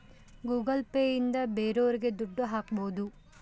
Google Pay ಇಂದ ಬೇರೋರಿಗೆ ದುಡ್ಡು ಹಾಕ್ಬೋದು